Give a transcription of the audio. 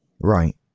Right